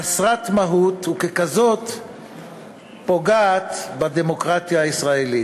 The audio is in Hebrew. חסרת מהות, וכזאת שפוגעת בדמוקרטיה הישראלית.